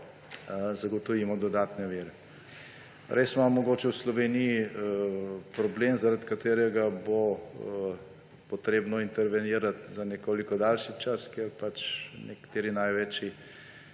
zagotovimo dodatne vire. Res imamo mogoče v Sloveniji problem, zaradi katerega bo potrebno intervenirati za nekoliko daljši čas, ker pač nekateri največji